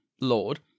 Lord